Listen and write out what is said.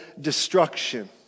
destruction